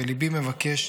/ וליבי מבקש,